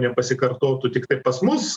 nepasikartotų tiktai pas mus